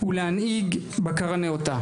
ולהנהיג בקרה נאותה